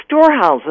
storehouses